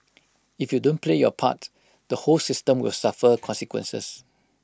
if you don't play your part the whole system will suffer consequences